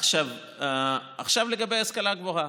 עכשיו לגבי השכלה גבוהה,